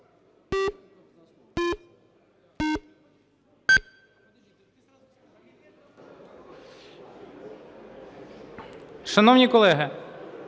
Шановні колеги,